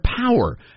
power